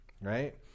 Right